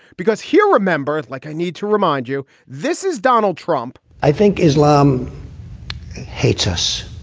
because here rememberthe like i need to remind you, this is donald trump. i think islam hates us.